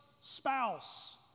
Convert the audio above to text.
spouse